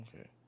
Okay